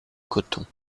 coton